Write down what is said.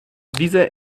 diese